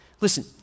Listen